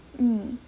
mm